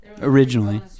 Originally